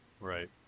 right